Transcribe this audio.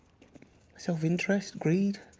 self-interest, greed,